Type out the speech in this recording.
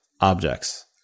objects